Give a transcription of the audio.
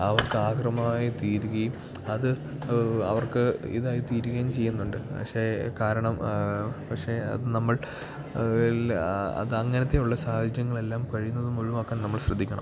അവർക്ക് ആക്രമമായി തീരുകയും അത് അവർക്ക് ഇതായി തീരുകയും ചെയ്യുന്നുണ്ട് പക്ഷേ കാരണം പക്ഷേ അത് നമ്മൾ എല്ലാ അത് അങ്ങനത്തെയുള്ള സാഹചര്യങ്ങൾ എല്ലാം കഴിയുന്നതും ഒഴിവാക്കാൻ നമ്മൾ ശ്രദ്ധിക്കണം